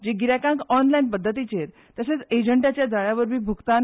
जी गिरायकांक ऑनलायन पद्दतीचेर तशेंच एजंटाच्या जाळ्या वरवीं भुगतान